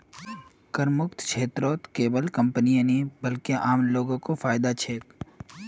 करमुक्त क्षेत्रत केवल कंपनीय नी बल्कि आम लो ग को फायदा छेक